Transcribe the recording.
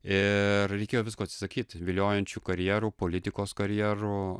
ir reikėjo visko atsisakyt viliojančių karjerų politikos karjerų